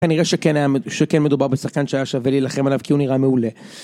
כנראה שכן מדובר בשחקן שהיה שווה להילחם עליו כי הוא נראה מעולה.